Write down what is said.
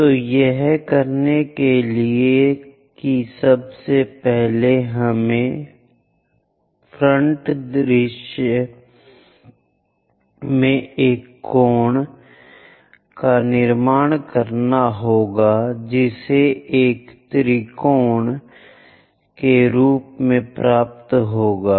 तो यह करने के लिए कि सबसे पहले हमें ललाट दृश्य में एक कोण का निर्माण करना होगा जिसे हम त्रिकोण के रूप में प्राप्त करेंगे